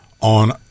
on